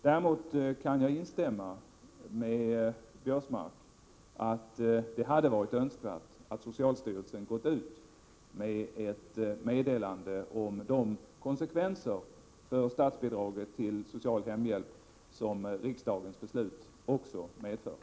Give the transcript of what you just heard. Däremot kan jag hålla med herr Biörsmark om att det hade varit önskvärt att socialstyrelsen gått ut med ett meddelande om de konsekvenser för statsbidraget till social hemhjälp som riksdagens beslut också medförde.